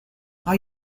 are